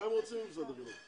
מה הם רוצים במשרד החינוך?